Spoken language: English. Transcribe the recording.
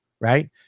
Right